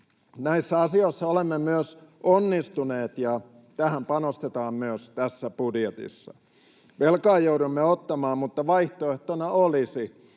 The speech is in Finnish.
Näissä asioissa olemme myös onnistuneet, ja tähän panostetaan myös tässä budjetissa. Velkaa joudumme ottamaan, mutta vaihtoehtona olisi